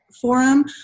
forum